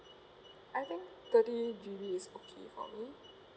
I think thirty G_B it's okay for me